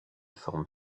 forme